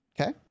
Okay